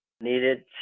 needed